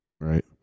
Right